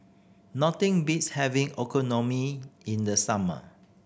nothing beats having Okonomi in the summer